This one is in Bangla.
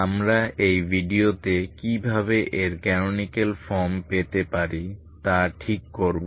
আমরা এই ভিডিওতে কিভাবে এর ক্যানোনিকাল ফর্ম পেতে পারি তা ঠিক করব